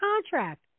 contract